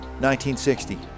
1960